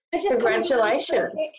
Congratulations